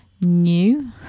new